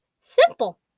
Simple